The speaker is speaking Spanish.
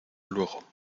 luego